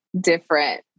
different